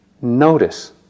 notice